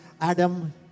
Adam